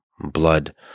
blood